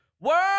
World